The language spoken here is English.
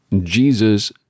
Jesus